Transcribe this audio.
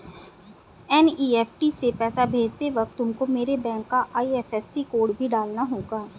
NEFT से पैसा भेजते वक्त तुमको मेरे बैंक का आई.एफ.एस.सी कोड भी डालना होगा